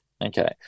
Okay